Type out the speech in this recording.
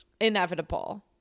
Inevitable